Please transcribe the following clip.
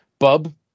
Bub